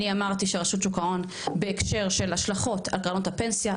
אני אמרתי שרשות שוק ההון בהקשר של השלכות על קרנות הפנסיה,